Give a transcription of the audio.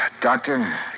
Doctor